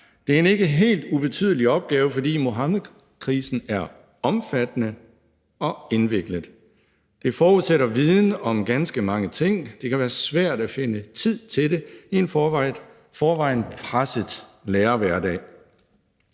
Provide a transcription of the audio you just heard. Det er en ikke helt ubetydelig opgave, fordi Muhammedkrisen er omfattende og indviklet. Det forudsætter viden om ganske mange ting, og det kan være svært at finde tid til det i en i forvejen presset lærerhverdag.